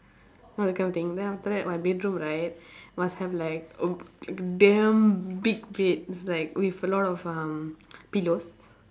know that kind of thing then after that my bedroom right must have like a damn big bed it's like with a lot of um pillows